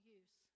use